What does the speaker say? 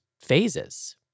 phases